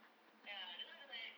ya that's why I'm like